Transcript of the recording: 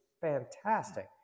fantastic